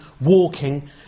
walking